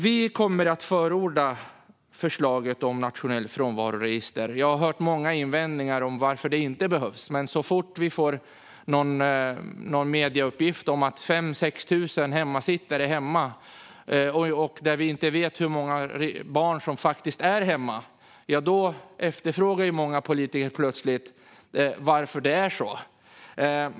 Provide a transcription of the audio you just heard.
Vi kommer att förorda förslaget om nationellt frånvaroregister. Jag har hört många invändningar mot att det behövs. Men så fort vi får någon medieuppgift om att det finns 5 000-6 000 hemmasittare - och vi vet inte hur många barn som faktiskt sitter hemma - frågar många politiker helt plötsligt varför det är så.